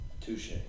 Touche